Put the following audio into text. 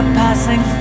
passing